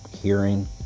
hearing